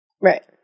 Right